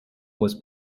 was